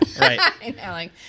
right